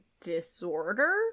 disorder